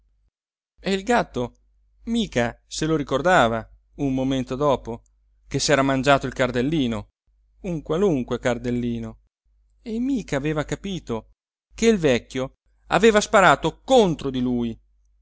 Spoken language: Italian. e il gatto mica se lo ricordava un momento dopo che s'era mangiato il cardellino un qualunque cardellino e mica aveva capito che il vecchio aveva sparato contro di lui